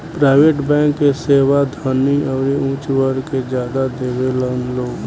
private bank के सेवा धनी अउरी ऊच वर्ग के ज्यादा लेवेलन लोग